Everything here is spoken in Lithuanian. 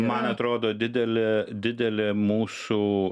man atrodo didelė didelė mūsų